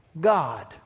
God